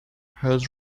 hers